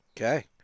Okay